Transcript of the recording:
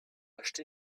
acheté